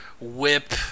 whip